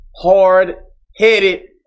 Hard-headed